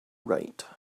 write